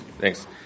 Thanks